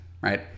Right